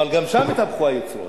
אבל גם שם התהפכו היוצרות,